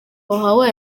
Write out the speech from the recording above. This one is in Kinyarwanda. wahawe